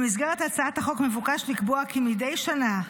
במסגרת הצעת החוק מבוקש לקבוע כי מדי שנה,